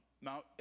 now